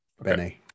Benny